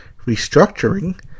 restructuring